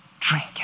Drink